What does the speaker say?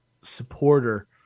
supporter